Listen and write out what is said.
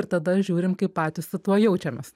ir tada žiūrim kaip patys su tuo jaučiamės